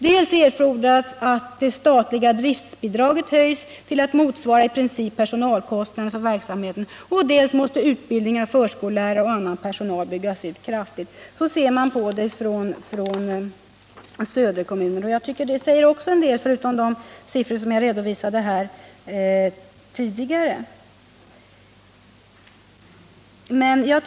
Dels erfordras att det statliga driftbidraget höjs till att motsvara i princip personalkostnaderna för verksamheten, dels måste utbildningen av förskollärare och annan personal byggas ut kraftigt.” Så ser alltså söderkommunerna på detta, och jag tycker att det säger en del, tillagt till de siffror som jag tidigare redovisade.